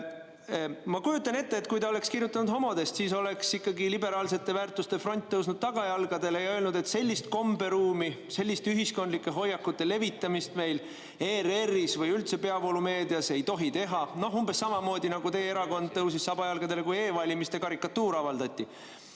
Ma kujutan ette, et kui ta oleks nimetanud homosid, siis oleks ikkagi liberaalsete väärtuste front tõusnud tagajalgadele ja öelnud, et sellist komberuumi, sellist ühiskondlike hoiakute levitamist meil ERR-is või üldse peavoolumeedias ei tohi olla. Umbes samamoodi, nagu teie erakond tõusis tagajalgadele, kui e-valimiste karikatuur avaldati.